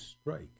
strike